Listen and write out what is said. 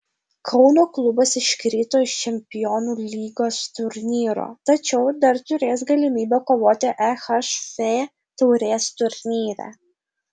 kauno klubas iškrito iš čempionų lygos turnyro tačiau dar turės galimybę kovoti ehf taurės turnyre